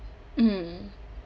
mm